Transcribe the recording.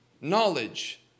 knowledge